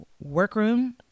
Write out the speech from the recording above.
workroom